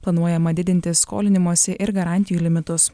planuojama didinti skolinimosi ir garantijų limitus